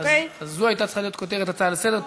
אז זו הייתה צריכה להיות כותרת ההצעה לסדר-היום.